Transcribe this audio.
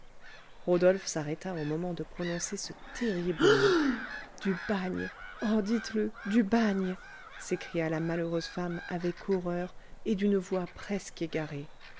rodolphe s'arrêta au moment de prononcer ce terrible mot du bagne oh dites-le du bagne s'écria la malheureuse femme avec horreur et d'une voix presque égarée